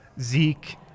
zeke